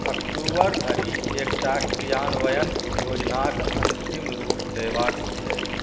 अक्टूबर धरि एकटा क्रियान्वयन योजनाक अन्तिम रूप देबाक छैक